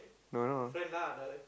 no no